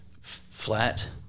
flat